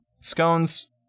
Scones